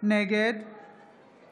נגד ווליד